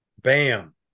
Bam